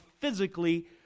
physically